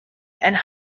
and